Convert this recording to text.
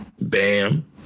bam